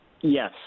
Yes